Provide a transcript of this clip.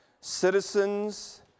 citizens